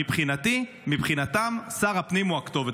מבחינתי ומבחינתם, שר הפנים הוא הכתובת.